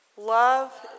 Love